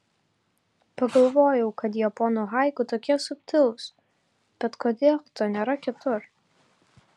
pagalvojau kad japonų haiku tokie subtilūs bet kodėl to nėra kitur